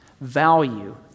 value